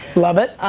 love it.